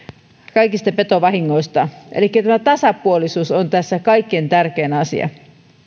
kaikista petovahingoista elikkä tämä tasapuolisuus on tässä kaikkein tärkein asia